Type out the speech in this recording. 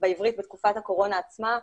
בעברית בתקופה הקורונה עצמה,